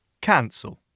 Cancel